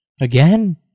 Again